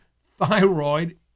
thyroid